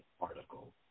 article